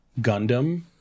gundam